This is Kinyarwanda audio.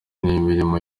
imirimo